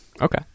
Okay